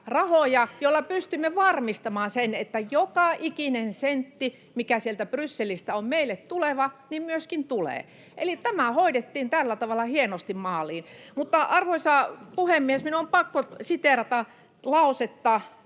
joilla pystymme varmistamaan sen, että joka ikinen sentti, mikä sieltä Brysselistä on meille tuleva, myöskin tulee. Eli tämä hoidettiin tällä tavalla hienosti maaliin. Arvoisa puhemies! Minun on pakko siteerata lausetta: